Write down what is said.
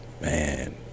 man